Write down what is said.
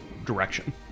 direction